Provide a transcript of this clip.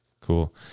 Cool